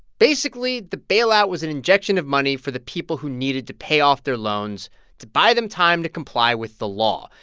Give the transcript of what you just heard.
basically, the bailout was an injection of money for the people who needed to pay off their loans to buy them time to comply with the law,